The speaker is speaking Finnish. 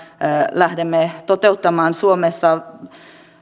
lähdemme suomessa